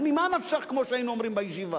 אז ממה נפשך, כמו שאמרנו בישיבה?